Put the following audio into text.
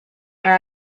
there